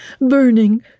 burning